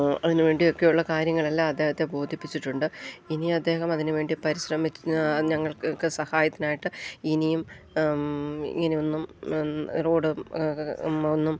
അതിന് വേണ്ടിയൊക്കെയുള്ള കാര്യങ്ങളെല്ലാം അദ്ദേഹത്തെ ബോധിപ്പിച്ചിട്ടുണ്ട് ഇനിയദ്ദേഹം അതിനുവേണ്ടി ഞങ്ങൾക്കൊക്കെ സഹായത്തിനായിട്ട് ഇനിയും ഇങ്ങനെയൊന്നും റോഡ് ഒന്നും